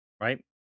right